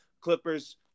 Clippers